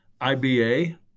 IBA